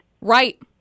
Right